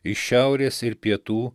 iš šiaurės ir pietų